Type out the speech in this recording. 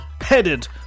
headed